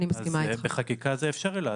אז בחקיקה זה אפשרי לעשות.